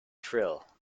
trill